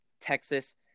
Texas